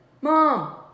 Mom